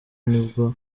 nibyo